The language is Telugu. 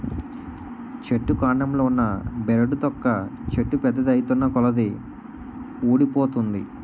చెట్టు కాండంలో ఉన్న బెరడు తొక్క చెట్టు పెద్దది ఐతున్నకొలది వూడిపోతుంది